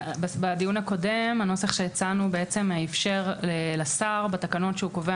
בדיון הקודם הנוסח שהצענו אפשר לשר בתקנות שהוא קובע